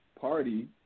party